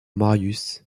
marius